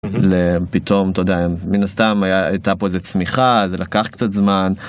פתאום אתה יודע, מן הסתם הייתה פה איזו צמיחה, זה לקח קצת זמן